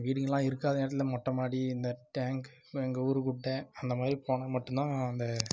வீடுங்களெலாம் இருக்காத நேரத்தில் இந்த மொட்டைமாடி இந்த டேங்க் எங்கள் ஊர் குட்டை அந்தமாதிரி போனால் மட்டும்தான் அந்த